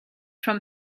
from